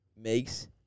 makes